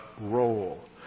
role